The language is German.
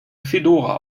fedora